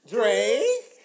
Drake